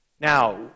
Now